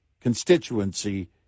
constituency